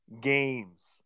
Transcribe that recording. games